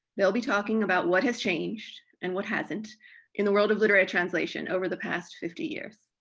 they'll be talking about what has changed and what hasn't in the world of literary translation over the past fifty years.